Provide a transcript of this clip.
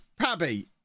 Pabby